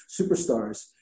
superstars